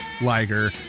Liger